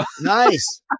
Nice